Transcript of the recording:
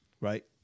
Right